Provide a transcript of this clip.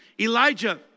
Elijah